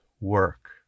work